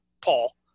Paul